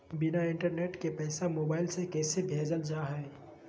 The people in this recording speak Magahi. बिना इंटरनेट के पैसा मोबाइल से कैसे भेजल जा है?